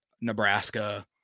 Nebraska